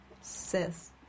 sis